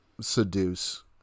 seduce